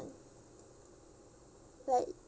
like